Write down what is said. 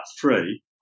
three